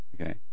Okay